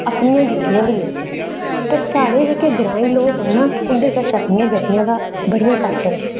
अपनियां गड्डियां बी लैती दियां पर साढ़े जेह्के ग्राईं लोक न उं'दे कश अपनियां गड्डियां तां बड़ियां घट्ट होंदियां